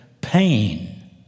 pain